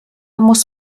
muss